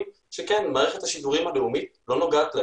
שמערכת השידורים הלאומית לא נוגעת להם.